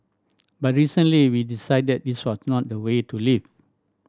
but recently we decided this was not the way to live